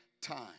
time